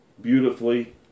beautifully